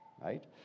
right